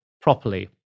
properly